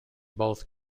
both